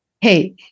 Hey